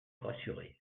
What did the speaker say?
rassuré